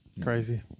crazy